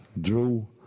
drew